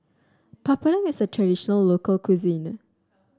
papadum is a traditional local cuisine